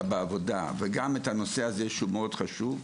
בעבודה וגם את הנושא הזה שהוא מאוד חשוב,